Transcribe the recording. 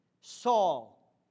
Saul